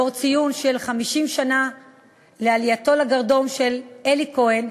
לאור ציון של 50 שנה לעלייתו לגרדום של אלי כהן,